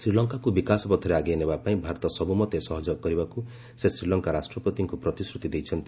ଶ୍ରୀଲଙ୍କାକୁ ବିକାଶ ପଥରେ ଆଗେଇ ନେବା ପାଇଁ ଭାରତ ସବୁମତେ ସହଯୋଗ କରିବାକୁ ସେ ଶ୍ରୀଲଙ୍କା ରାଷ୍ଟ୍ରପତିଙ୍କୁ ପ୍ରତିଶ୍ରତି ଦେଇଛନ୍ତି